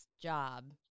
job